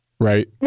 Right